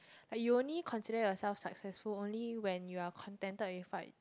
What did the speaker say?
but you only consider yourself successful only when you are contented with what